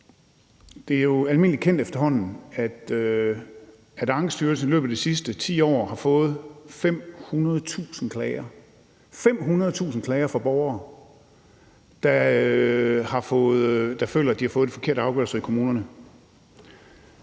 efterhånden almindeligt kendt, at Ankestyrelsen i løbet af de sidste 10 år har fået 500.000 klager – 500.000 klager – fra borgere, der føler, at de har fået en forkert afgørelse i kommunerne,